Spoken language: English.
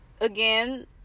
again